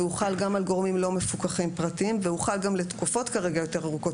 שחל גם על גורמים לא מפוקחים פרטיים ושחל גם לתקופות יותר ארוכות כרגע.